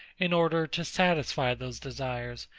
in order to satisfy those desires,